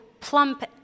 plump